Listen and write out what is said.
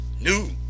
new